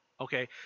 Okay